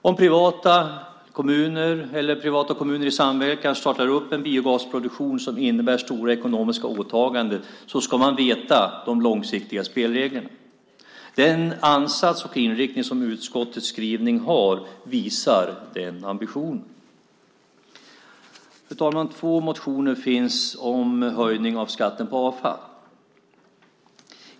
Om privata, kommuner eller privata och kommuner i samverkan startar biogasproduktion, som innebär stora ekonomiska åtaganden, så ska man känna till de långsiktiga spelreglerna. Den ansats och inriktning som utskottets skrivning har visar den ambitionen. Fru talman! Två motioner finns om höjning av skatten på avfall.